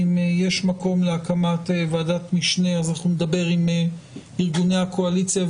אם יש מקום להקמת ועדת משנה אז אנחנו נדבר עם ארגוני הקואליציה,